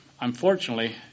unfortunately